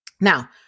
Now